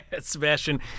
Sebastian